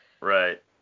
Right